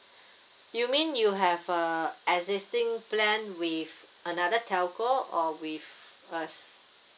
you mean you have a existing plan with another telco or with us